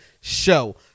show